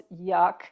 Yuck